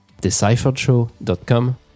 decipheredshow.com